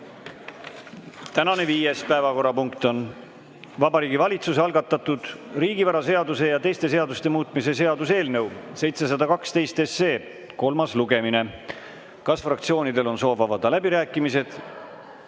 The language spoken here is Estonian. Tänane viies päevakorrapunkt on Vabariigi Valitsuse algatatud riigivaraseaduse ja teiste seaduste muutmise seaduse eelnõu 712 kolmas lugemine. Kas fraktsioonidel on soovi avada läbirääkimised?